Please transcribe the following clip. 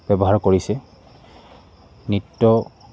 ব্যৱহাৰ কৰিছে নৃত্য